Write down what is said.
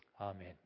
Amen